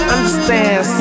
Understand